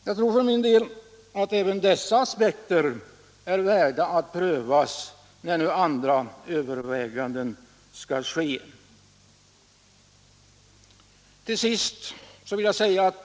Jag tror för min del att även dessa aspekter är värda att prövas när andra överväganden skall Nr 76 göras.